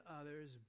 others